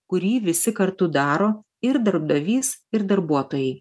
kurį visi kartu daro ir darbdavys ir darbuotojai